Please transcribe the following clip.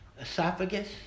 esophagus